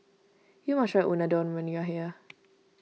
you must try Unadon when you are here